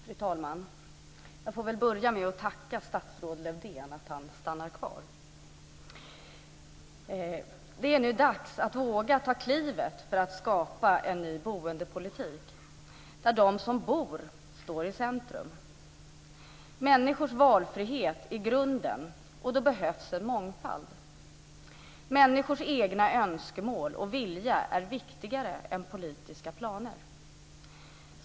Fru talman! Jag får väl först tacka statsrådet Lövdén för att han stannar kvar i kammaren. Det är nu dags att våga ta klivet för att skapa en ny boendepolitik, där de som bor står i centrum. Människors valfrihet är grunden, och då behövs det en mångfald. Människors egna önskemål och vilja är viktigare än politiska planer.